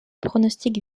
pronostic